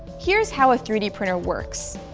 here's how a three d printer works.